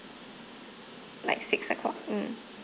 like six o'clock mm